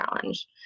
challenge